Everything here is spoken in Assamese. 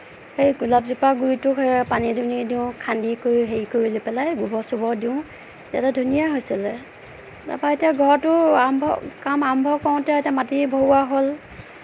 সেই গোলাপজোপাৰ গুৰিটো সেয়া পানী দুনি দিও খান্দি কৰি হেৰি কৰি পেলাই গোবৰ চোবৰ দিওঁ তাতে ধুনীয়া হৈছিলে তাৰপৰা এতিয়া ঘৰটো আৰম্ভ কাম আৰম্ভ কৰোতে এতিয়া মাটি ভৰোৱা হ'ল